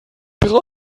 drei